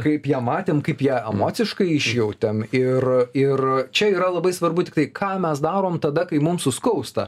kaip ją matėm kaip ją emociškai išjautėm ir ir čia yra labai svarbu tik tai ką mes darom tada kai mum suskausta